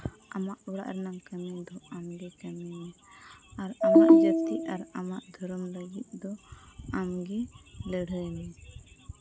ᱟᱢᱟᱜ ᱚᱲᱟᱜ ᱨᱮᱱᱟᱜ ᱠᱟᱹᱢᱤ ᱫᱚ ᱟᱢᱜᱮ ᱠᱟᱹᱢᱤ ᱢᱮ ᱟᱨ ᱟᱢᱟᱜ ᱡᱟᱹᱛᱤ ᱟᱨ ᱟᱢᱟᱜ ᱫᱷᱚᱨᱚᱢ ᱞᱟᱹᱜᱤᱫ ᱫᱚ ᱟᱢᱜᱮ ᱞᱟᱹᱲᱦᱟᱹᱭ ᱢᱮ